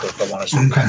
Okay